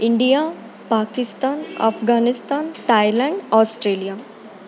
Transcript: India Pakistan Afghanistan Thailand Australia